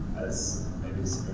as maybe